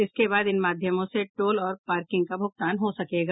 इसके बाद इन माध्यमों से टोल और पार्किंग का भुगतान हो सकेगा